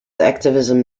activism